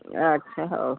ଆଚ୍ଛା ହଉ